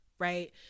Right